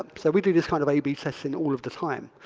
so we do this kind of ab testing all of the time.